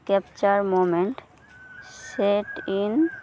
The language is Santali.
capture moment set ᱤᱝ